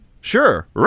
Sure